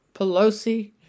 Pelosi